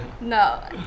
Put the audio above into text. No